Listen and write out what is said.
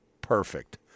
perfect